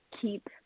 keep